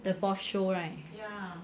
the boss show right